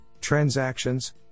transactions